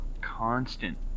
constant